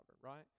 right